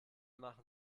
machen